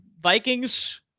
Vikings